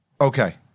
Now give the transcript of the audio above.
Okay